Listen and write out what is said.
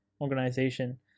organization